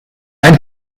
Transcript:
ein